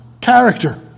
character